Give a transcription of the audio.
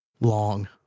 long